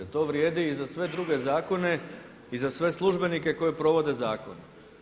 To vrijedi i za sve druge zakone i za sve službenike koji provode zakon.